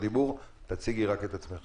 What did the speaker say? הציגי את עצמך.